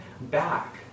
back